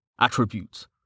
Attributes